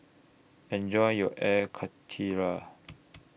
Enjoy your Air Karthira